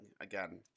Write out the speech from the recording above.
again